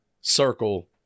circle –